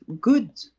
good